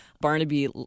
Barnaby